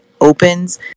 opens